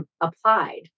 applied